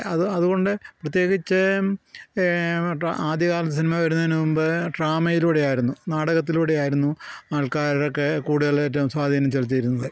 അത് അതുകൊണ്ട് പ്രത്യേകിച്ച് ആദ്യകാല സിനിമ വരുന്നതിന് മുമ്പ് ഡ്രാമയിലൂടെ ആയിരുന്നു നാടകത്തിലൂടെ ആയിരുന്നു ആൾക്കാരൊക്കെ കൂടുതൽ ഏറ്റവും സ്വാധീനം ചെലുത്തിയിരുന്നത്